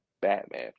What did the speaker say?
Batman